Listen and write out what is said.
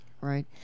right